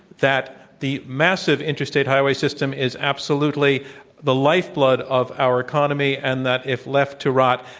that the massive interstate highway system is absolutely the life blood of our economy and that if left to rot,